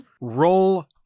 Roll